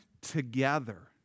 together